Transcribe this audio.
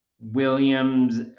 williams